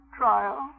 trial